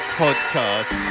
podcast